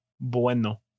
bueno